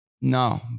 No